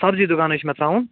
سبزی دُکان حظ چھُ مےٚ تراوُن